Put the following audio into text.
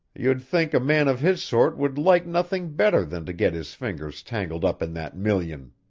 you'd think a man of his sort would like nothing better than to get his fingers tangled up in that million.